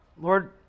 Lord